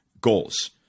goals